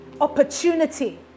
opportunity